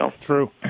True